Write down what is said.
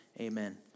Amen